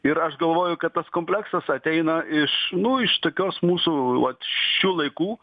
ir aš galvoju kad tas kompleksas ateina iš nu iš tokios mūsų šių laikų